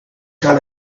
got